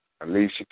Alicia